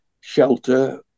shelter